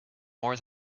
more